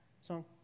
song